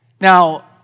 Now